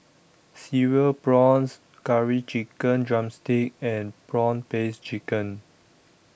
Cereal Prawns Curry Chicken Drumstick and Prawn Paste Chicken